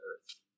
earth